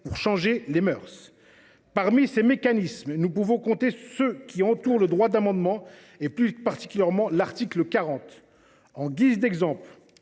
pour changer les mœurs. » Parmi ces mécanismes, nous pouvons compter ceux qui entourent le droit d’amendement, et plus particulièrement l’article 40. En guise d’exemple,